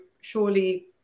surely